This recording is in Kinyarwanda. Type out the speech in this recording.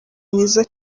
mwiza